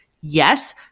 yes